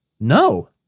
no